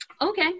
okay